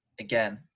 again